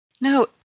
No